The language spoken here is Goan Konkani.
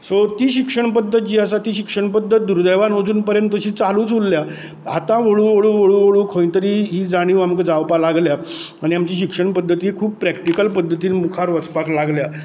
सो ती शिक्षण पद्दत जी आसा ती शिक्षण पद्दत दुर्दैवान अजून पर्यंत तशी चालूच उरल्या आता हळू हळू हळू हळू खंय तरी ही जाणीव आमका जावपाक लागल्या आनी आमची शिक्षण पद्दती खूब प्रॅक्टीकल पद्दतीन मुखार वचपाक लागल्या